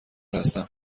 هستم